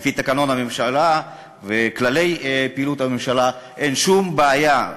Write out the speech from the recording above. ולפי תקנון הממשלה וכללי פעילות הממשלה אין שום בעיה.